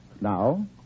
Now